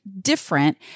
different